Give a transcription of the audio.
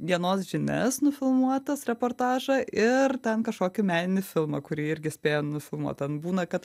dienos žinias nufilmuotas reportažą ir ten kažkokį meninį filmą kurį irgi spėjo nufilmuot ten būna kad